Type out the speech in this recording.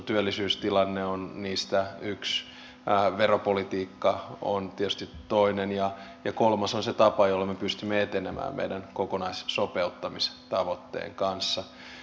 työllisyystilanne on niistä yksi veropolitiikka on tietysti toinen ja kolmas on se tapa jolla me pystymme etenemään meidän kokonaissopeuttamistavoitteemme kanssa